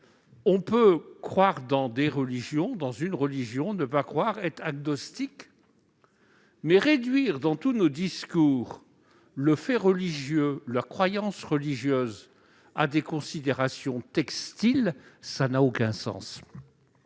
On peut croire en une religion, ne pas croire, ou être agnostique. Mais réduire, dans tous nos discours, le fait religieux et les croyances religieuses à des considérations textiles, cela n'a aucun sens